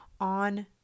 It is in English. on